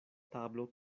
tablo